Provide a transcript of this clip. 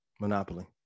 monopoly